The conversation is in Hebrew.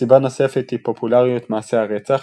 סיבה נוספת היא פופולריות מעשי הרצח,